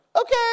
okay